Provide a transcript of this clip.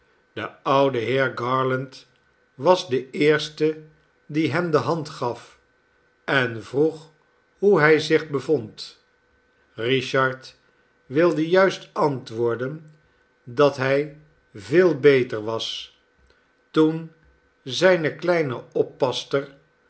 de oude heer garland was de eerste die hem de hand gaf en vroeg hoe hij zich bevond richard wilde juist antwoorden dat hij veel beter was toen zijne kleine oppasster